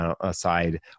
aside